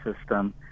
system